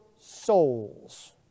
souls